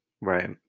right